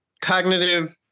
cognitive